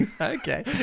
Okay